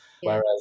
Whereas